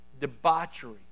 debauchery